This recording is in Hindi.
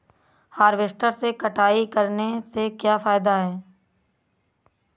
हार्वेस्टर से कटाई करने से क्या फायदा है?